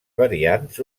variants